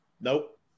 Nope